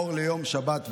אור ליום שבת,